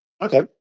Okay